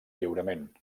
lliurament